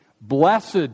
Blessed